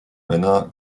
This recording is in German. männer